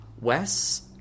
Wes